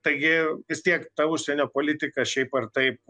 taigi vis tiek ta užsienio politika šiaip ar taip